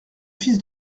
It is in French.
fils